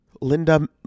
Linda